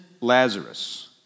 Lazarus